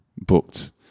booked